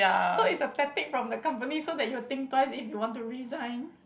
so is a tactic from the company so that you will think twice if you want to resign